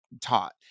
taught